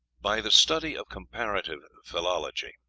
by the study of comparative philology,